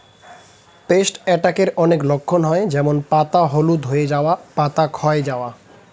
paste অ্যাটাকের অনেক লক্ষণ হয় যেমন পাতা হলুদ হয়ে যাওয়া, পাতা ক্ষয় যাওয়া